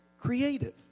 creative